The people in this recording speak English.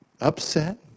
upset